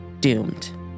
doomed